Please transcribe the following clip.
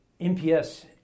NPS